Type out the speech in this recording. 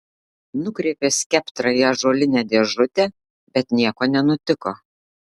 nukreipė skeptrą į ąžuolinę dėžutę bet nieko nenutiko